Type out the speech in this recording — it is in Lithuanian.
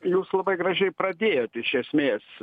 jūs labai gražiai pradėjot iš esmės